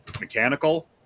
mechanical